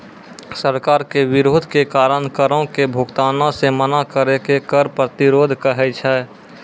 सरकार के विरोध के कारण करो के भुगतानो से मना करै के कर प्रतिरोध कहै छै